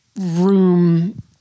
room